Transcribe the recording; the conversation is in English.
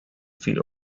fee